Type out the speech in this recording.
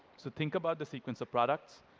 think about the sequence of products,